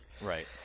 Right